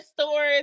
stores